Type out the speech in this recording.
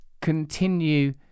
continue